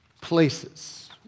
places